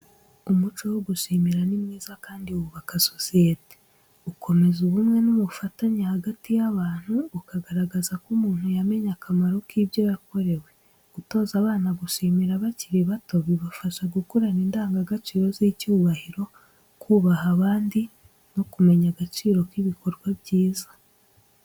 Umuco wo gushimira ni mwiza kandi wubaka sosiyete. Ukomeza ubumwe n’ubufatanye hagati y’abantu, ukagaragaza ko umuntu yamenye akamaro k’ibyo yakorewe. Gutoza abana gushimira bakiri bato bibafasha gukurana indangagaciro z’icyubahiro, kubaha abandi no kumenya agaciro k'ibikorwa byiza.